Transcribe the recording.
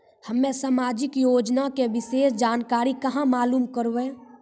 हम्मे समाजिक योजना के विशेष जानकारी कहाँ मालूम करबै?